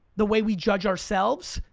the way we judge ourselves,